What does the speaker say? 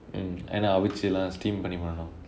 mm ஏனா:yaennaa steam பண்ணி பண்ணனும்